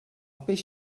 peix